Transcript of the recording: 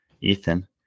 Ethan